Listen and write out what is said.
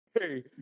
Hey